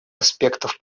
аспектов